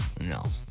No